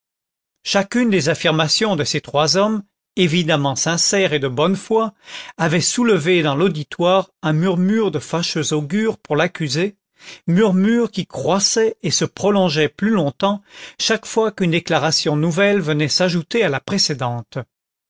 chacune des affirmations de ces trois hommes évidemment sincères et de bonne foi avait soulevé dans l'auditoire un murmure de fâcheux augure pour l'accusé murmure qui croissait et se prolongeait plus longtemps chaque fois qu'une déclaration nouvelle venait s'ajouter à la précédente